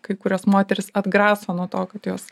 kai kurias moteris atgraso nuo to kad jos